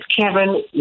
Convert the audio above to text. Kevin